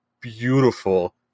beautiful